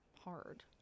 hard